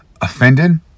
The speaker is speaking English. offended